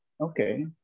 Okay